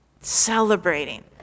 celebrating